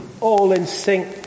all-in-sync